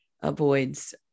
avoids